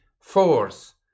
force